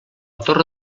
torre